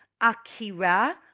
Akira